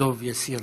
שדב יסיר